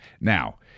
Now